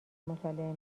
مطالعه